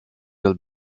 will